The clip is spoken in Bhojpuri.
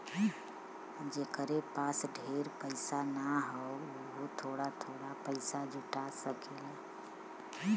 जेकरे पास ढेर पइसा ना हौ वोहू थोड़ा थोड़ा पइसा जुटा सकेला